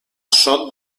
sot